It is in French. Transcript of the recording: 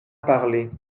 parlé